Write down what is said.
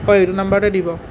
হয় এইটো নাম্বাৰতে দিব